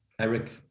Eric